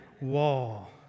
wall